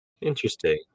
Interesting